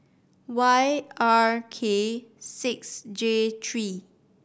Y R K six J three